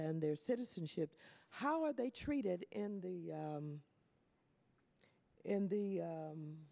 and their citizenship how are they treated in the in the